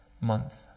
month